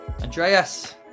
Andreas